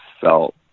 felt